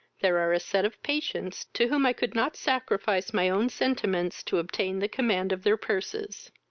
there are a set of patients to whom i could not sacrifice my own sentiments to obtain the command of their purses.